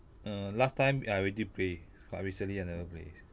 err last time I already play but recently I never play